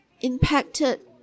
impacted